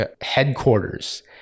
headquarters